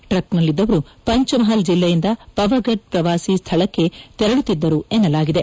ಟ್ರಕ್ನಲ್ಲಿದ್ದವರು ಪಂಚಮಹಲ್ ಜೆಲ್ಲೆಯಿಂದ ಪವಗದ್ ಪ್ರವಾಸಿ ಸ್ಥಳಕ್ಕೆ ತೆರಳುತ್ತಿದ್ದರು ಎನ್ನಲಾಗಿದೆ